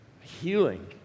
healing